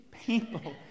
people